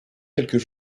quelques